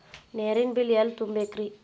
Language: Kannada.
ನೇರಿನ ಬಿಲ್ ಎಲ್ಲ ತುಂಬೇಕ್ರಿ?